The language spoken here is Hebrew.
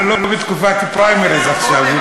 אנחנו לא בתקופת פריימריז עכשיו.